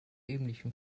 ähnlichem